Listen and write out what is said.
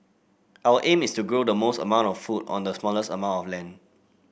our aims is to grow the most amount of food on the smallest amount of land